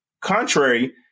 contrary